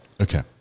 Okay